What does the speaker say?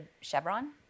Chevron